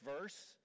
verse